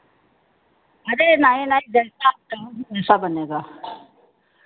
अरे नहीं नहीं जैसा आप चाहोगी वैसा बनेगा